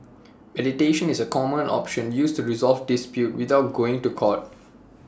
mediation is A common option used to resolve disputes without going to court